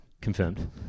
Confirmed